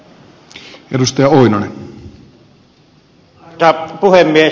arvoisa puhemies